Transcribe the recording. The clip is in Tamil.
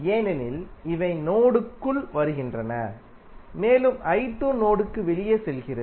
ஏனெனில் இவை நோடுக்குள் வருகின்றன மேலும் நோடுக்கு வெளியே செல்கிறது